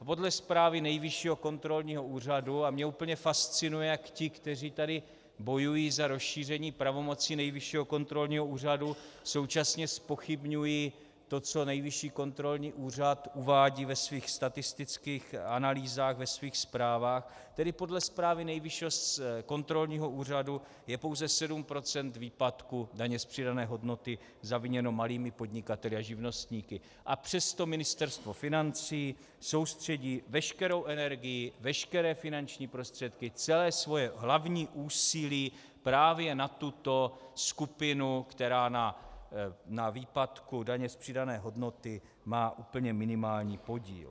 Podle zprávy Nejvyššího kontrolního úřadu, a mně úplně fascinuje, jak ti, kteří tady bojují za rozšíření pravomocí Nejvyššího kontrolního úřadu, současně zpochybňují to, co Nejvyšší kontrolní úřad uvádí ve svých statistických analýzách, ve svých zprávách, tedy podle zprávy Nejvyššího kontrolního úřadu je pouze 7 % výpadku daně z přidané hodnoty zaviněno malými podnikateli a živnostníky, a přesto Ministerstvo financí soustředí veškerou energii, veškeré finanční prostředky, celé své hlavní úsilí právě na tuto skupinu, která na výpadku daně z přidané hodnoty má úplně minimální podíl.